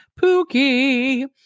Pookie